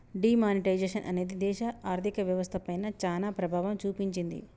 D monetisation అనేది దేశ ఆర్ధిక వ్యవస్థ పైన చానా ప్రభావం చూపించింది